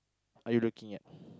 are you looking at